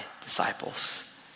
disciples